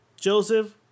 Joseph